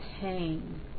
pain